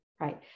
right